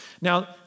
Now